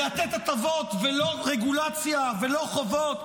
לתת הטבות ולא רגולציה ולא חובות?